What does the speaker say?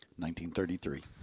1933